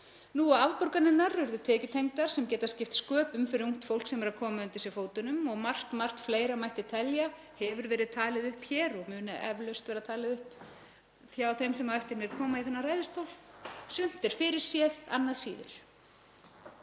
og afborganirnar eru tekjutengdar, sem getur skipt sköpum fyrir ungt fólk sem er að koma undir sig fótunum. Margt margt fleira mætti telja, hefur verið talið upp hér og mun eflaust verða talið upp hjá þeim sem á eftir mér koma í þennan ræðustól. Sumt er fyrirséð, annað síður.